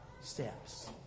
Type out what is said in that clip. steps